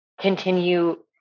continue